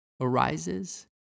Arises